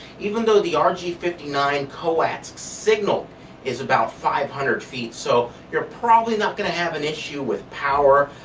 even though the r g five nine coaxial signal is about five hundred feet, so you're probably not going to have an issue with power.